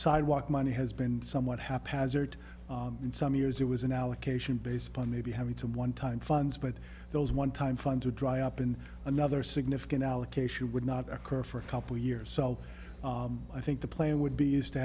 sidewalk money has been somewhat haphazard in some years it was an allocation based on maybe having to one time funds but there was one time fund to dry up and another significant allocation would not occur for a couple years so i think the plan would be is to